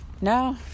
No